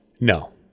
No